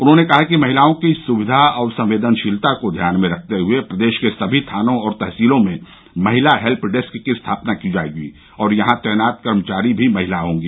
उन्होंने कहा कि महिलाओं की सुविधा और संवेदनशीलता को ध्यान में रखते हुए प्रदेश के सभी थानों और तहसीलों में महिला हेल्प डेस्क की स्थापना की जायेगी और यहां तैनात कर्मचारी भी महिला होगी